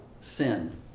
sin